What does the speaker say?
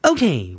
Okay